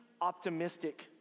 optimistic